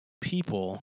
people